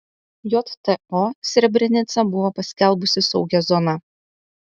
jto srebrenicą buvo paskelbusi saugia zona